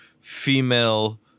female